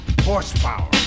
Horsepower